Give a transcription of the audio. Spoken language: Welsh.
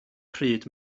pryd